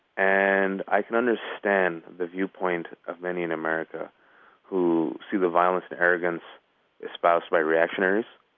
and i can understand the viewpoint of many in america who see the violence and arrogance espoused by reactionaries,